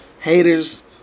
Haters